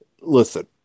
listen